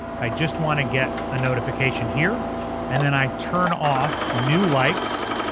i just wanna get a notification here and then i turn off new likes,